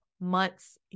months